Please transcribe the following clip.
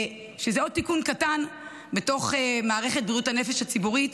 שזה עוד תיקון קטן בתוך מערכת בריאות הנפש הציבורית,